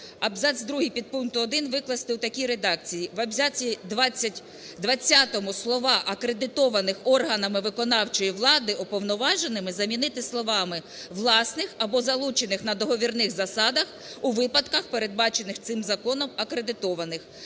абзац другий підпункту 1 викласти у такій редакції: "В абзаці 20 слова "акредитованих органами виконавчої влади уповноваженими" замінити словами "власних або залучених на договірних засадах у випадках, передбачених цим законом, акредитованих".